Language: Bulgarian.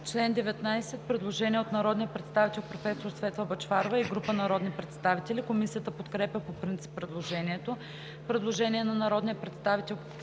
чл. 19 има предложение от народния представител Светла Бъчварова и група народни представители. Комисията подкрепя по принцип предложението. Предложение на народния представител